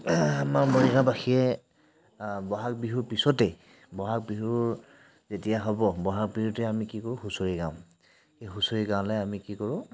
আমাৰ মৰিগাঁওবাসীয়ে বহাগ বিহুৰ পিছতেই বহাগ বিহুৰ যেতিয়া হ'ব বহাগ বিহুতে আমি কি কৰোঁ হুঁচৰি গাওঁ সেই হুঁচৰি গাঁৱলৈ আমি কি কৰোঁ